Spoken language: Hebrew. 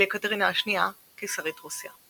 על יקטרינה השנייה, קיסרית רוסיה.